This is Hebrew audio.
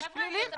חד משמעית.